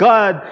God